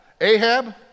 Ahab